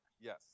Yes